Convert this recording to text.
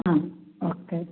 ആ ഓക്കെ